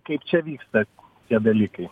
kaip čia vyksta tie dalykai